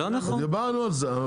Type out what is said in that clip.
דיברנו על זה.